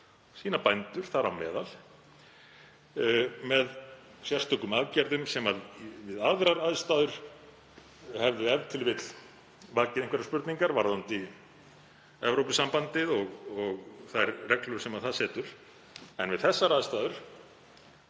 og bændur þar á meðal, með sérstökum aðgerðum sem við aðrar aðstæður hefðu e.t.v. vakið einhverjar spurningar varðandi Evrópusambandið og þær reglur sem það setur. En við þessar aðstæður